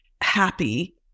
happy